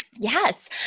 Yes